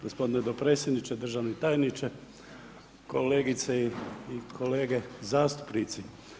Gospodine dopredsjedniče, državni tajniče i kolegice i kolege zastupnici.